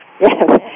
Yes